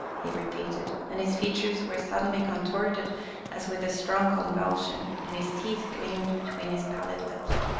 he repeated, and his features were suddenly contorted as with a strong convulsion, and his teeth gleamed between his pallid lips.